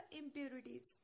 impurities